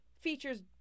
Features